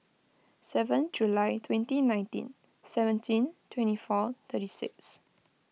seven July twenty nineteen seventeen twenty four thirty six